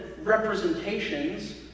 Representations